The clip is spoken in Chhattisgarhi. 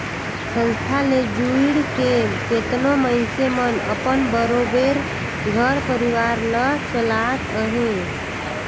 संस्था ले जुइड़ के केतनो मइनसे मन अपन बरोबेर घर परिवार ल चलात अहें